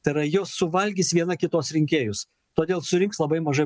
tai yra jos suvalgys viena kitos rinkėjus todėl surinks labai mažai